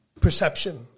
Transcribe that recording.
perception